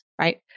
right